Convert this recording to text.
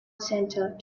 center